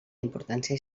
importància